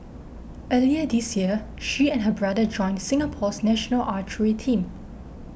earlier this year she and her brother joined Singapore's national archery team